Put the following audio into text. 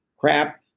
crap,